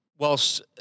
Whilst